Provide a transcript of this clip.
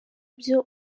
byo